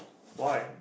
why